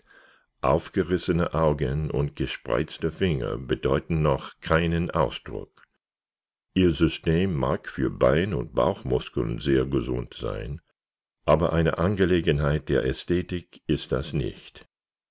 aufgerissene augen und gespreizte finger bedeuten noch keinen ausdruck ihr system mag für bein und bauchmuskeln sehr gesund sein aber eine angelegenheit der ästhetik ist das nicht